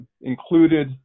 included